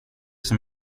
som